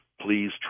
Please